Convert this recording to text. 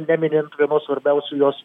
neminint vienos svarbiausių jos